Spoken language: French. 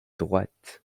droite